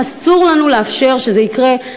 אסור לנו לאפשר שזה יקרה,